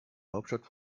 hauptstadt